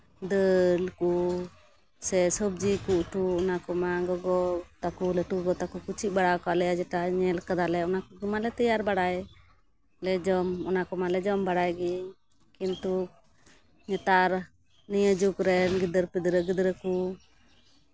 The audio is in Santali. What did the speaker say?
ᱫᱟᱹᱞ ᱠᱚ ᱥᱮ ᱥᱚᱵᱡᱤ ᱠᱚ ᱩᱛᱩ ᱚᱱᱟ ᱠᱚᱢᱟ ᱜᱚᱜᱚ ᱛᱟᱠᱚ ᱞᱟᱹᱴᱩ ᱜᱚᱜᱚ ᱛᱟᱠᱚ ᱠᱚ ᱪᱮᱫ ᱵᱟᱲᱟ ᱠᱟᱜ ᱞᱮᱭᱟ ᱡᱮᱴᱟ ᱧᱮᱞ ᱠᱟᱫᱟᱞᱮ ᱚᱱᱟ ᱠᱚᱢᱟᱞᱮ ᱛᱮᱭᱟᱨ ᱵᱟᱲᱟᱭ ᱟᱞᱮ ᱡᱚᱢ ᱚᱱᱟ ᱠᱚᱢᱟᱞᱮ ᱡᱚᱢ ᱵᱟᱲᱟᱭ ᱜᱮ ᱠᱤᱱᱛᱩ ᱱᱮᱛᱟᱨ ᱱᱤᱭᱟᱹ ᱡᱩᱜᱽ ᱨᱮᱱ ᱜᱤᱫᱽᱨᱟᱹ ᱯᱤᱫᱽᱨᱟᱹ ᱜᱤᱫᱽᱨᱟᱹ ᱠᱚ